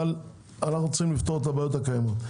אבל אנחנו צריכים לפתור את הבעיות הקיימות.